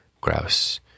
Grouse